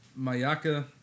Mayaka